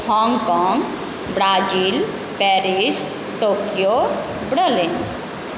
Hong Kong Brazil Paris Tokyo Berlin